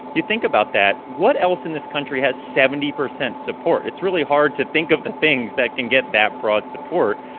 you think about that what else in this country has seventy percent support? it's really hard to think of the things that can get that broad support.